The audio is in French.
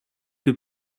que